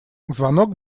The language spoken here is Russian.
звонок